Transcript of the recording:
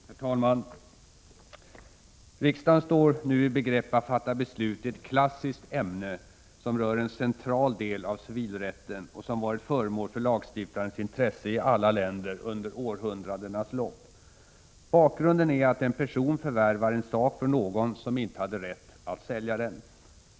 Herr talman! Riksdagen står nu i begrepp att fatta beslut i ett klassiskt ämne, som rör en central del av civilrätten och som varit föremål för lagstiftarens intresse i alla länder under århundradenas lopp. Bakgrunden är att en person förvärvar en sak från någon som inte hade rätt att sälja den.